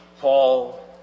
Paul